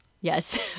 Yes